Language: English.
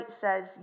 says